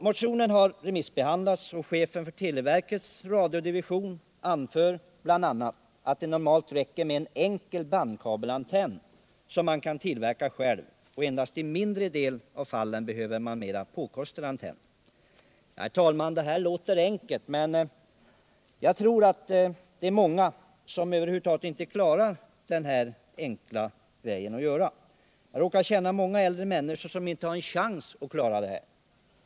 Motionen har remissbehandlats, och chefen för televerkets radiodivision anför bl.a. att det normalt räcker med en enkel bandkabelantenn som man kan tillverka själv och att man endast i en mindre del av fallen behöver mera påkostade antenner. Herr talman! Detta låter enkelt att genomföra, men jag tror att många människor inte klarar av att själva göra en sådan bandkabelantenn. Jag råkar känna många äldre människor som inte har en chans att klara detta själva.